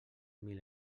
mil